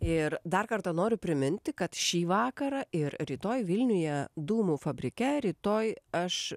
ir dar kartą noriu priminti kad šį vakarą ir rytoj vilniuje dūmų fabrike rytoj aš